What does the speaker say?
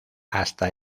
hasta